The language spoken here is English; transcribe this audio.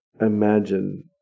imagine